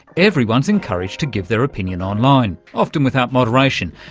everyone's encouraged to give their opinion online, often without moderation.